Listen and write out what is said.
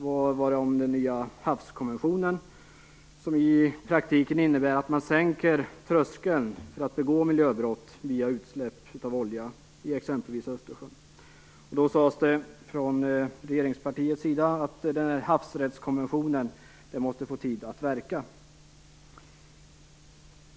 Då gällde det den nya havskonventionen - som i praktiken innebär att man sänker tröskeln för att begå miljöbrott med utsläpp av olja i exempelvis Östersjön. Då sades det från regeringspartiets sida att havsrättskonventionen måste få tid att verka.